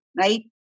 right